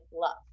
love